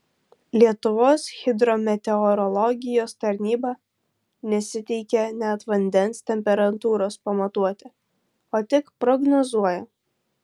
lietuvos hidrometeorologijos tarnyba nesiteikia net vandens temperatūros pamatuoti o tik prognozuoja